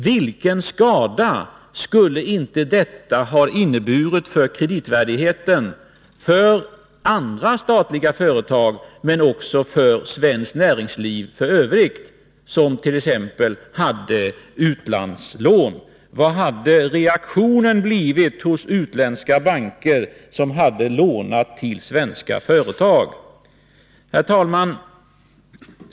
Vilken skada skulle inte detta ha inneburit för kreditvärdigheten för andra statliga företag, och även för svenskt näringsliv i övrigt, som t.ex. hade utlandslån. Hur hade reaktionen blivit hos utländska banker som hade lånat till svenska företag? Herr talman!